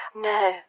No